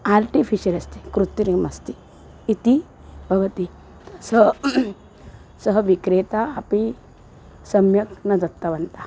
artificial अस्ति कृत्रिम् अस्ति इति भवति सा सः विक्रेता अपि सम्यक् न दत्तवन्तः